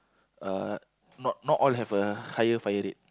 uh not not all have a higher fire rate